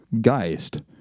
Geist